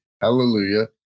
Hallelujah